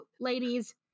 ladies